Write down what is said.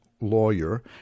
lawyer